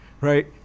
right